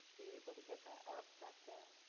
you able to get that up back there?